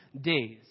days